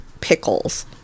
pickles